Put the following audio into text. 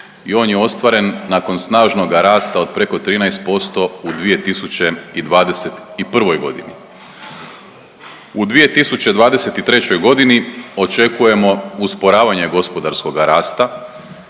i on je ostvaren nakon snažnoga rasta od preko 13% u 2021.g.. U 2023.g. očekujemo usporavanje gospodarskoga rasta